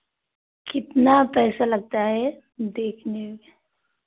कितना पैसा लगता है देखने में